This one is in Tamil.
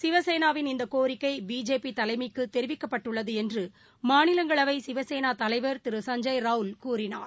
சிவசேனாவின் இந்தக் கோரிக்கைபிஜேபிதலைமக்குதெரிவிக்கப்பட்டுள்ளதுஎன்றுமாநிலங்களவைசிவசேளாதலைவர் திரு சஞ்சய் ரவுல் கூறினார்